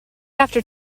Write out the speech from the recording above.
after